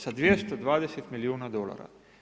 Sa 220 milijuna dolara.